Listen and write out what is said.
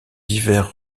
divers